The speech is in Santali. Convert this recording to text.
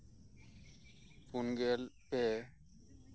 ᱯᱩᱱᱜᱮᱞ ᱯᱮ